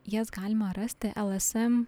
jas galima rasti el es em